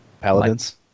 Paladins